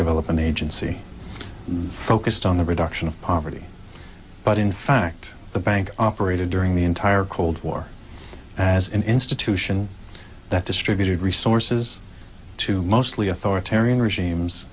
development agency focused on the reduction of poverty but in fact the bank operated during the entire cold war as an institution that distributed resources to mostly authoritarian regimes